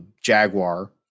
Jaguar